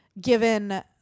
given